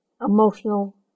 emotional